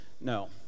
no